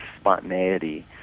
spontaneity